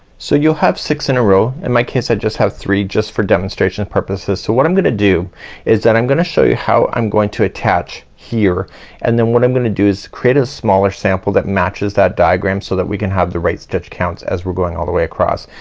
so you'll have six in a row in my case i just have three just for demonstration purposes. so what i'm gonna do is that i'm gonna show you how i'm going to attach here and then what i'm gonna do is create a smaller sample that matches that diagram so that we can have the right stitch counts as we're going all the way across.